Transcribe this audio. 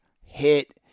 hit